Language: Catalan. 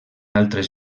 altres